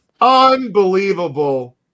unbelievable